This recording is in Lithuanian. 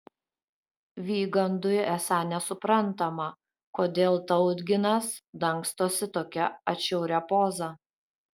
vygandui esą nesuprantama kodėl tautginas dangstosi tokia atšiauria poza